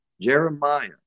Jeremiah